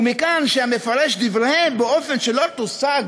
ומכאן שהמפרש דבריהם באופן שלא תושג